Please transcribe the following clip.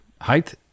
height